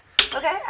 Okay